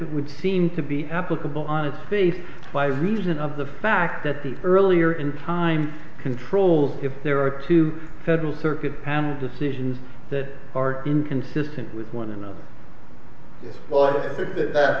it would seem to be applicable on its face by reason of the fact that the earlier in time controls if there are two federal circuit panel decisions that are inconsistent with one another